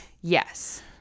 Yes